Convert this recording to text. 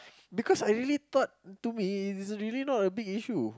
because I really thought to me it's really not a big issue